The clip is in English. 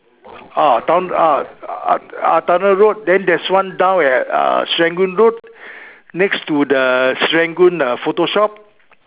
ah town~ ah Towner road then there's one down at uh Serangoon road next to the Serangoon uh photo shop